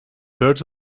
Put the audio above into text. birds